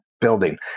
building